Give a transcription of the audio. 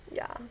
ya